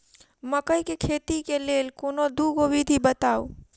मकई केँ खेती केँ लेल कोनो दुगो विधि बताऊ?